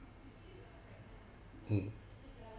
mm